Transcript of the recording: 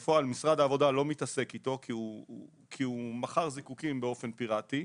בפועל משרד העבודה לא מתעסק איתו כי הוא מכר זיקוקין באופן פיראטי.